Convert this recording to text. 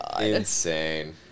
Insane